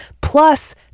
Plus